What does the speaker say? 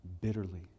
bitterly